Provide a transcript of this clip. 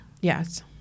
Yes